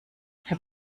herr